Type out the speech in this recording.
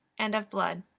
and of blood.